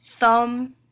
Thumb